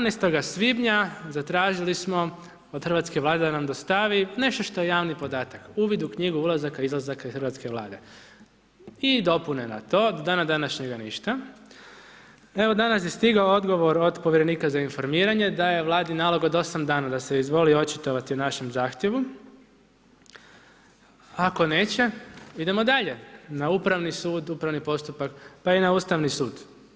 17. svibnja zatražili smo od hrvatske Vlade da nam dostavi nešto što je javni podatak, uvid u knjigu ulazaka i izlazaka hrvatske Vlade i dopune na to, do dana današnjega ništa. evo danas je stigao odgovor od povjerenika za informiranje da je Vladin nalog od 8 dana da se izvoli očitovati o našem zahtjevu, ako neće idemo dalje, na upravni sud, na upravni postupak, pa i na Ustavni sud.